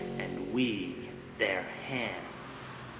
and we their hands.